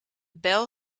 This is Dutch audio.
bel